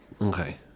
Okay